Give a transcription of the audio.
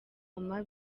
koma